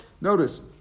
Notice